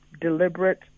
deliberate